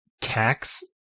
tax